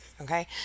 okay